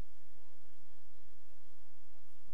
שתיהן ועדות ראויות לדון בנושא